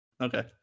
Okay